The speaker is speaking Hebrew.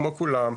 כמו כולם,